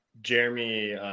Jeremy